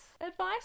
advice